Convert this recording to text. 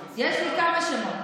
יש לי כמה שמות.